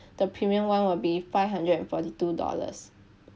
the premium one will be five hundred and forty two dollars